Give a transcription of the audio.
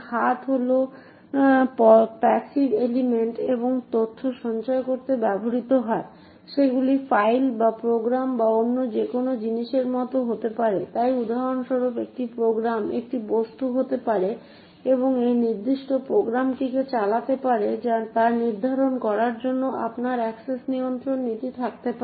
হাত হল passive element এবং তথ্য সঞ্চয় করতে ব্যবহৃত হয় তাই সেগুলি ফাইল বা প্রোগ্রাম বা অন্য যেকোন জিনিসের মতো হতে পারে তাই উদাহরণস্বরূপ একটি প্রোগ্রাম একটি বস্তু হতে পারে এবং সেই নির্দিষ্ট প্রোগ্রামটি কে চালাতে পারে তা নির্ধারণ করার জন্য আপনার অ্যাক্সেস নিয়ন্ত্রণ নীতি থাকতে পারে